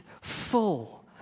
full